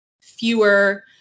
fewer